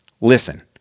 Listen